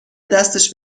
دستش